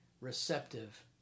receptive